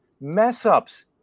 mess-ups